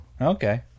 Okay